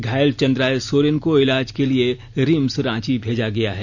घायल चंद्राय सोरेन को इलाज के लिए रिम्स रांची भेजा गया है